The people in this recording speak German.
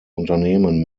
unternehmen